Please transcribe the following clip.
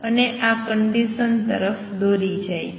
અને આ કંડિસન તરફ દોરી જાય છે